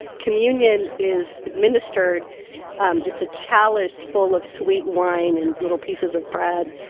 communion is administered um it's a chalice full of sweet wine and little pieces of bread,